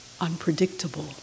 unpredictable